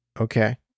Okay